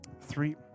Three